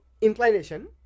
inclination